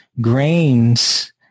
grains